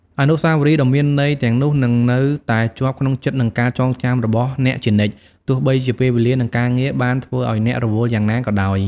អនុស្សាវរីយ៍ដ៏មានន័យទាំងនោះនឹងនៅតែជាប់ក្នុងចិត្តនិងការចងចាំរបស់អ្នកជានិច្ច ទោះបីជាពេលវេលានិងការងារបានធ្វើឱ្យអ្នករវល់យ៉ាងណាក៏ដោយ។